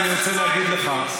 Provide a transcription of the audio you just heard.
למה?